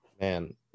Man